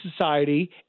society